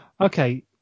Okay